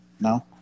No